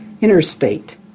Interstate